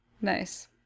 nice